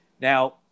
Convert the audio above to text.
Now